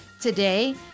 Today